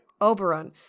Oberon